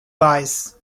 bias